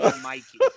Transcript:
Mikey